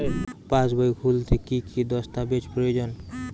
পাসবই খুলতে কি কি দস্তাবেজ প্রয়োজন?